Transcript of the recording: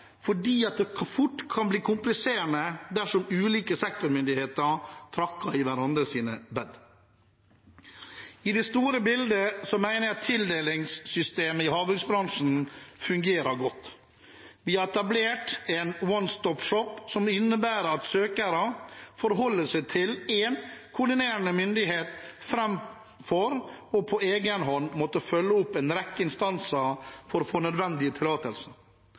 fordi det fort kan bli kompliserende dersom ulike sektormyndigheter trakker i hverandres bed. I det store bildet mener jeg at tildelingssystemet i havbruksbransjen fungerer godt. Vi har etablert en «one-stop shop», som innebærer at søkere forholder seg til én koordinerende myndighet framfor på egen hånd å måtte følge opp en rekke instanser for å få nødvendige tillatelser.